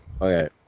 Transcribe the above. okay